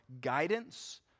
guidance